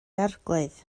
arglwydd